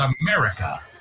America